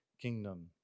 kingdom